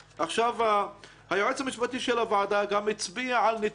היועץ המשפטי של הוועדה גם הצביע על נתונים,